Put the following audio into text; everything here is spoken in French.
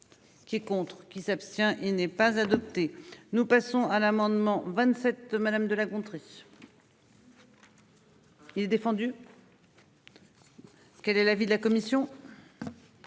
Qui contre qui s'abstient. Il n'est pas adopté. Nous passons à l'amendement 27 madame de La Gontrie. Il est défendu. Quel est l'avis de la commission.